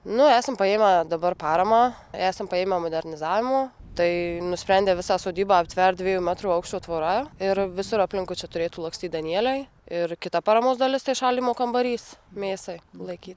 nu esam paėmę dabar paramą esam paėmę modernizavimo tai nusprendę visą sodybą aptvert dviejų metrų aukščio tvora ir visur aplinkui čia turėtų lakstyt danieliai ir kita paramos dalis tai šaldymo kambarys mėsai laikyt